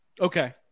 Okay